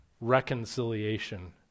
reconciliation